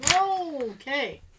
Okay